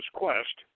quest